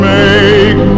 make